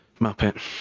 Muppet